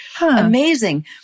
amazing